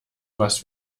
was